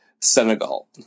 Senegal